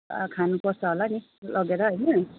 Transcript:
अब खानुपर्छ होला नि लगेर होइन